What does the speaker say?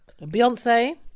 Beyonce